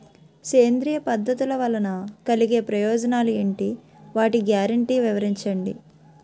సేంద్రీయ పద్ధతుల వలన కలిగే ప్రయోజనాలు ఎంటి? వాటి గ్యారంటీ వివరించండి?